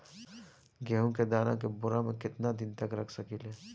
गेहूं के दाना के बोरा में केतना दिन तक रख सकिले?